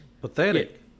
pathetic